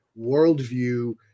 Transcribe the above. worldview